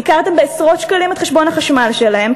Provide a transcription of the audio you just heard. ייקרתם בעשרות שקלים את חשבון החשמל שלהם,